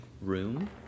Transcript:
room